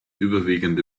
überwiegend